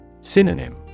Synonym